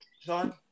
John